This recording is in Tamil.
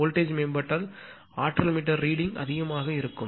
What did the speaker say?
வோல்டேஜ்மேம்பட்டால் இயற்கையாகவே ஆற்றல் மீட்டர் ரீடிங் அதிகமாக இருக்கும்